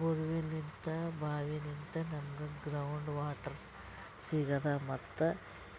ಬೋರ್ವೆಲ್ನಿಂತ್ ಭಾವಿನಿಂತ್ ನಮ್ಗ್ ground water ಸಿಗ್ತದ ಮತ್ತ್